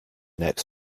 next